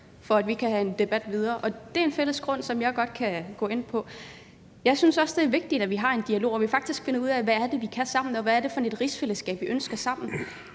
for, at vi kan føre debatten videre. Det er en fælles grund, som jeg godt kan gå ind på. Jeg synes også, det er vigtigt, at vi har en dialog, og at vi faktisk finder ud af, hvad det er, vi kan sammen, og hvad det er for et rigsfællesskab, vi ønsker sammen.